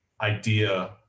idea